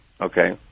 okay